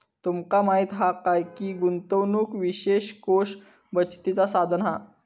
तुमका माहीत हा काय की गुंतवणूक निवेश कोष बचतीचा साधन हा